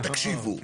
תקשיבו,